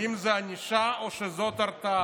היא אם זו ענישה או שזאת הרתעה.